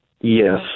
Yes